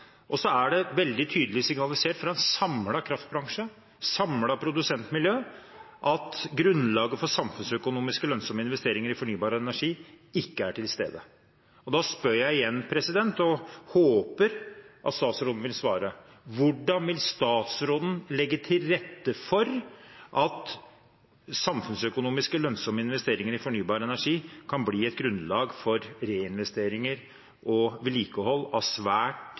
Og så er det veldig tydelig signalisert fra en samlet kraftbransje, et samlet produsentmiljø, at grunnlaget for samfunnsøkonomisk lønnsomme investeringer i fornybar energi ikke er til stede. Da spør jeg igjen og håper at statsråden vil svare: Hvordan vil statsråden legge til rette for at samfunnsøkonomisk lønnsomme investeringer i fornybar energi kan bli et grunnlag for reinvesteringer og vedlikehold av svært